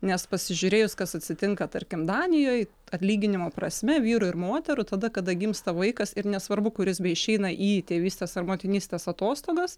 nes pasižiūrėjus kas atsitinka tarkim danijoj atlyginimų prasme vyrų ir moterų tada kada gimsta vaikas ir nesvarbu kuris beišeina į tėvystės ar motinystės atostogas